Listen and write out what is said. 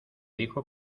dijo